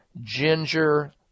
Ginger